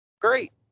Great